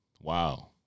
wow